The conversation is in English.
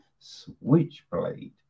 switchblade